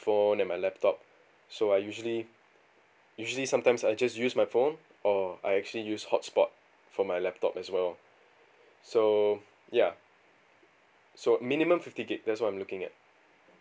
phone and my laptop so I usually usually sometimes I just use my phone or I actually use hotspot for my laptop as well so ya so minimum fifty gig that's what I'm looking at